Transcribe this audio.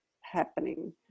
happening